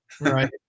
Right